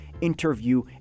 interview